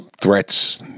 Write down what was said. threats